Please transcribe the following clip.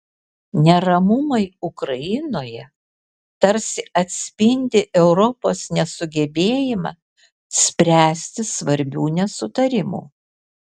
neramumai ukrainoje tarsi atspindi europos nesugebėjimą spręsti svarbių nesutarimų